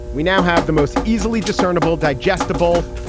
we now have the most easily discernible, digestible,